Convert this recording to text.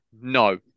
no